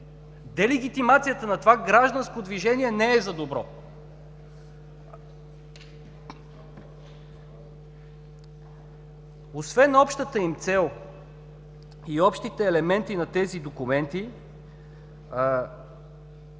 Делегитимацията на това гражданско движение не е за добро. Освен общата им цел и общите елементи на тези документи